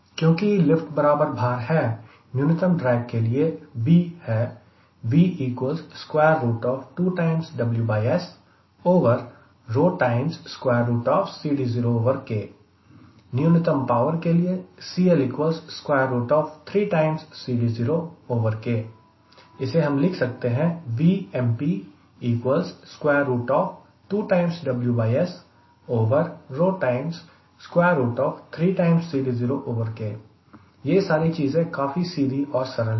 क्योंकि लिफ्ट बराबर भार है न्यूनतम ड्रैग के लिए V है न्यूनतम पावर के लिए इसे हम लिख सकते हैं यह सारी चीजें काफी सीधी और सरल है